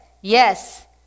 yes